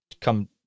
come